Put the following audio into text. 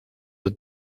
het